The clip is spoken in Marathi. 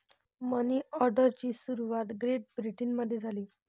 मनी ऑर्डरची सुरुवात ग्रेट ब्रिटनमध्ये झाली